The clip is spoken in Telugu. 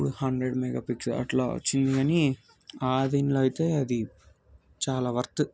ఇప్పుడు హండ్రెడ్ మెగా పిక్సెల్ అట్లా వచ్చింది కాని ఆ దీనిలో అయితే అది చాలా వర్త్